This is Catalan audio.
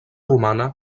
romana